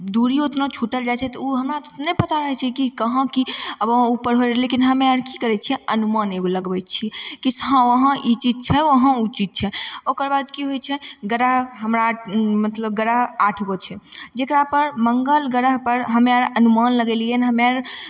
दूरियो उतना छूटल जाइ छै तऽ ओ हमरा नहि पता रहै छै कि कहाँ कि आब ऊपर हो रहलै लेकिन हम्मे की करै छियै अनुमान एगो लगबै छियै कि हँ वहाँ ई चीज छै वहाँ ओ चीज छै ओकर बाद की होइ छै ग्रह हमरा मतलब ग्रह आठ गो छै जकरापर मङ्गल ग्रहपर हम्मे अर अनुमान लगेलियै हम्मे अर